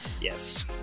Yes